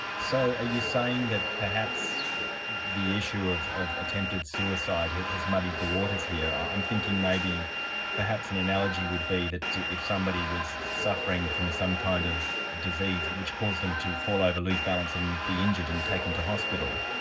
so are you saying that perhaps the issue of of attempted suicide has muddied the waters here? i'm thinking maybe perhaps an analogy would be that if somebody was suffering from some kind of disease which caused them to fall over, lose balance and be injured and taken to hospital,